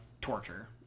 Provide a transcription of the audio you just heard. torture